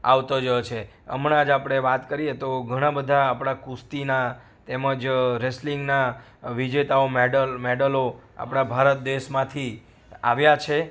આવતો જોયો છે હમણાં જ આપણે વાત કરીએ તો ઘણા બધા આપણા કુસ્તીના તેમજ રેસલિંગના વિજેતાઓ મેડલ મેડલો આપણા ભારત દેશમાંથી આવ્યા છે